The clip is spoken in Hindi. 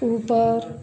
ऊपर